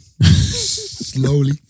Slowly